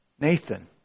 Nathan